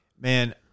Man